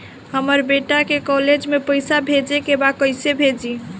हमर बेटा के कॉलेज में पैसा भेजे के बा कइसे भेजी?